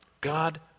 God